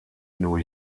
new